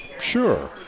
Sure